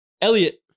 Elliot